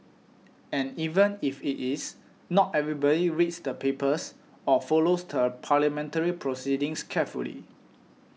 and even if it is not everybody reads the papers or follows the parliamentary proceedings carefully